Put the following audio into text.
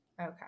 Okay